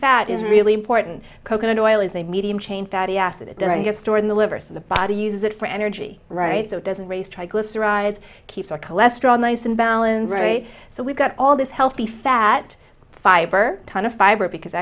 fat is really important coconut oil is a medium chain fatty acid it doesn't get stored in the liver so the body uses it for energy right so it doesn't raise triglycerides keeps our cholesterol nice and balance right so we've got all this healthy fat fiber tons of fiber because